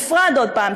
הופרד עוד פעם,